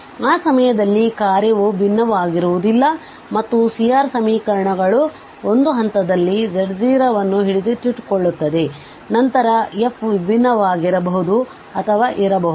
ಆದ್ದರಿಂದ ಆ ಸಮಯದಲ್ಲಿ ಕಾರ್ಯವು ಭಿನ್ನವಾಗಿರುವುದಿಲ್ಲ ಮತ್ತು C R ಸಮೀಕರಣಗಳು ಒಂದು ಹಂತದಲ್ಲಿ z0ಅನ್ನು ಹಿಡಿದಿಟ್ಟುಕೊಳ್ಳುತ್ತವೆ ನಂತರ f ವಿಭಿನ್ನವಾಗಿರಬಹುದು ಅಥವಾ ಇರಬಹುದು